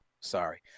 Sorry